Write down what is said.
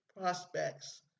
prospects